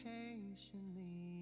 patiently